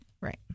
right